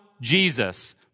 Jesus